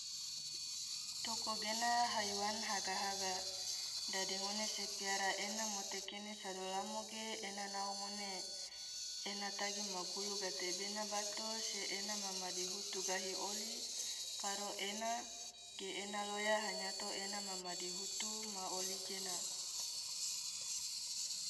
toko gena haiwan haga-haga, dadi ngone se piara ena mote kene sado lamo gena ena nao ngone, ena tagi magulu gatebena bato se ena ma madihutu gahi oli karo ena geena loya hanyato ena ma madihutu ma oli gena.